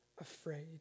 afraid